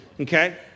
okay